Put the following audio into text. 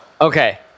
Okay